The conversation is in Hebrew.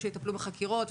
בחקירות,